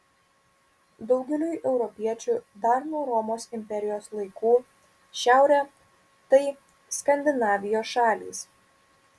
daugeliui europiečių dar nuo romos imperijos laikų šiaurė tai skandinavijos šalys